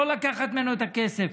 לא לקחת ממנו את הכסף.